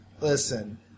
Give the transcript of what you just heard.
Listen